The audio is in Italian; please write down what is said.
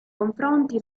confronti